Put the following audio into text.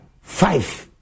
five